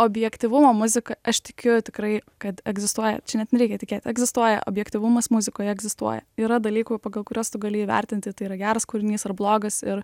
objektyvumo muziko aš tikiu tikrai kad egzistuoja čia net nereikia tikėt egzistuoja objektyvumas muzikoje egzistuoja yra dalykų pagal kuriuos tu gali įvertinti tai yra geras kūrinys ar blogas ir